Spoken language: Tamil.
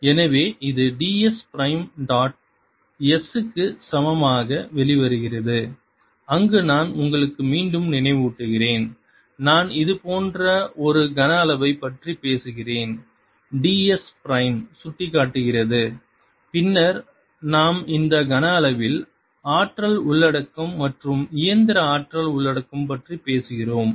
10EBSEnergy flowarea×time எனவே இது ds பிரைம் டாட் S க்கு சமமாக வெளிவருகிறது அங்கு நான் உங்களுக்கு மீண்டும் நினைவூட்டுகிறேன் நான் இது போன்ற ஒரு கன அளவைப் பற்றி பேசுகிறேன் ds பிரைம் சுட்டிக்காட்டுகிறது பின்னர் நாம் இந்த கன அளவில் ஆற்றல் உள்ளடக்கம் மற்றும் இயந்திர ஆற்றல் உள்ளடக்கம் பற்றி பேசுகிறோம்